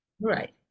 Right